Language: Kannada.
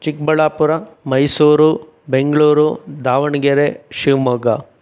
ಚಿಕ್ಕಬಳ್ಳಾಪುರ ಮೈಸೂರು ಬೆಂಗಳೂರು ದಾವಣಗೆರೆ ಶಿವಮೊಗ್ಗ